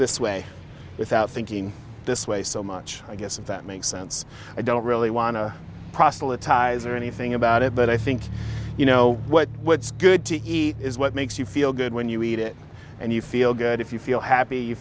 this way without thinking this way so much i guess that makes sense i don't really want to proselytize or anything about it but i think you know what what's good to eat is what makes you feel good when you eat it and you feel good if you feel happy you